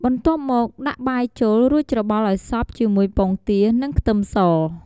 បន្ទាប់មក ដាក់បាយចូល រួចច្របល់ឱ្យសព្វជាមួយពងទា និងខ្ទឹមស។